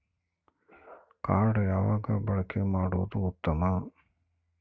Card ಯಾವಾಗ ಬಳಕೆ ಮಾಡುವುದು ಉತ್ತಮ?